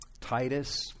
Titus